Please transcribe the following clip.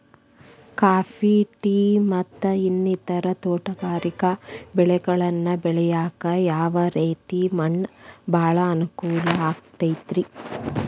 Coffee, tea, ಮತ್ತ ಇನ್ನಿತರ ತೋಟಗಾರಿಕಾ ಬೆಳೆಗಳನ್ನ ಬೆಳೆಯಾಕ ಯಾವ ರೇತಿ ಮಣ್ಣ ಭಾಳ ಅನುಕೂಲ ಆಕ್ತದ್ರಿ?